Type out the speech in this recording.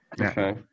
Okay